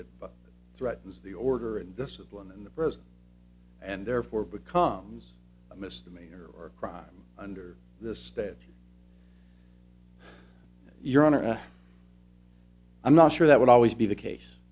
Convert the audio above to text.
it threatens the order and discipline in the present and therefore becomes a misdemeanor or a crime under this that your honor i'm not sure that would always be the case